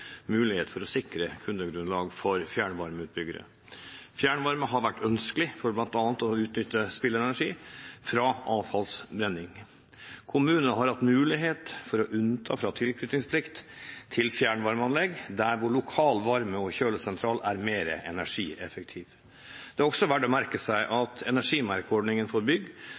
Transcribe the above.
mulighet til å sikre kundegrunnlag for fjernvarmeutbyggere. Fjernvarme har vært ønskelig for bl.a. å utnytte spillenergi fra avfallsbrenning. Siden 2009 har kommunene hatt mulighet til å unnta fra tilknytningsplikt til fjernvarmeanlegg der hvor lokal varme- og kjølesentral er mer energieffektivt. Det er også verdt å merke seg